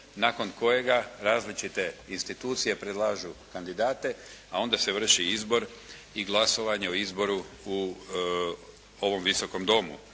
nakon kojega različite institucije predlažu kandidate a onda se vrši izbor i glasovanje o izboru u ovom Visokom domu.